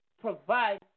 provide